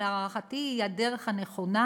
שלהערכתי היא הדרך הנכונה,